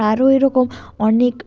আরও এরকম অনেক